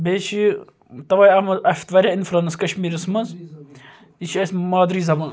بیٚیہِ چھُ یہِ تَوے اَتھ مَنٛز اَسہِ واریاہ اِنفُلَنس کَشمیٖرِیَس مَنٛز یہِ چھِ اَسہِ مادری زَبان